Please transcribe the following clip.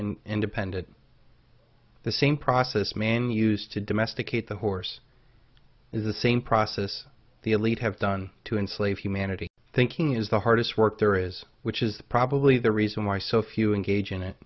and independent the same process man used to domesticate the horse is the same process the elite have done to enslave humanity thinking is the hardest work there is which is probably the reason why so few engage in it